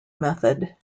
method